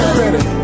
ready